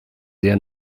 der